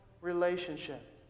relationship